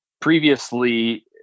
Previously